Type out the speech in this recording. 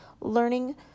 learning